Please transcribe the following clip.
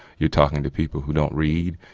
you're talking to people who don't read,